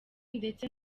ndetse